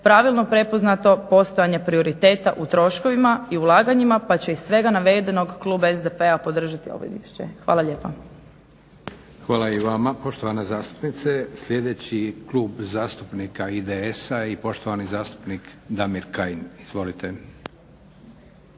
pravilno prepoznato postojanje prioriteta u troškovima i ulaganjima pa će iz svega navedenog klub SDP-a podržati ovo izvješće. Hvala lijepa. **Leko, Josip (SDP)** Hvala i vama poštovana zastupnice. Sljedeći klub zastupnika IDS-a i poštovani zastupnik Damir Kajin. Izvolite.